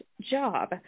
job